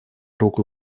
руку